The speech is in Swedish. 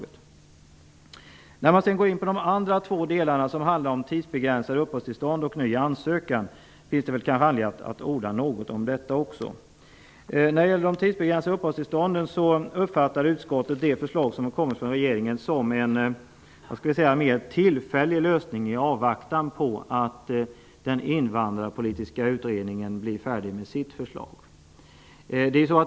Det finns kanske anledning att också orda något om de andra två delarna, som handlar om tidsbegränsade uppehållstillstånd och ny ansökan. Utskottet uppfattar förslaget från regeringen om tidsbegränsade uppehållstillstånd som en tillfällig lösning i avvaktan på att den invandrarpolitiska utredningen blir färdig med sitt förslag.